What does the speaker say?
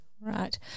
Right